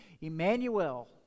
Emmanuel